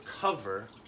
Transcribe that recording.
cover